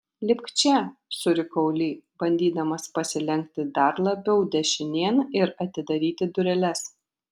lipk čia surikau li bandydamas pasilenkti dar labiau dešinėn ir atidaryti dureles